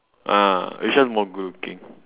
ah which one more good looking